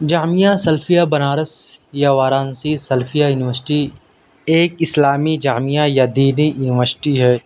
جامعہ سلفیہ بنارس یا وارانسی سلفیہ یونیوسٹی ایک اسلامی جامعہ یا دینی یونیوسٹی ہے